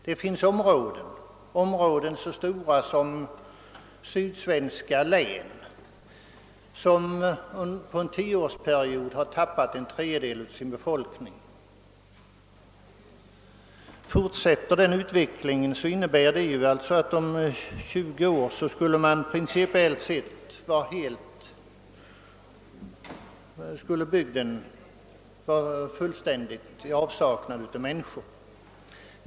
Det finns där områden — stora som sydsvenska län — som på en tioårsperiod tappat en tredjedel av sin befolkning. Fortsätter den . utvecklingen, kommer dessa bygder om 20 år att helt sakna människor.